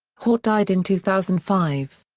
haut died in two thousand five.